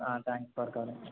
ah thanks for calling